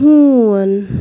ہوٗن